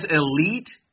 elite